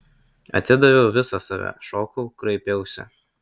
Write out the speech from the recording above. atidaviau visą save šokau kraipiausi